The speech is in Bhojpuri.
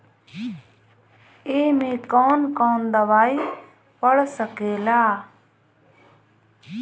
ए में कौन कौन दवाई पढ़ सके ला?